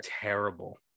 terrible